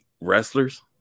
wrestlers